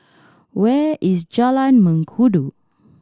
where is Jalan Mengkudu